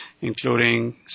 including